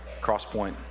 Crosspoint